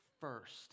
first